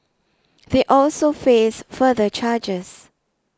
they also face further charges